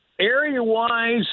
Area-wise